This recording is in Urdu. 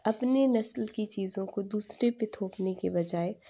اپنے نسل کی چیزوں کو دوسرے پہ تھوپنے کے بجائے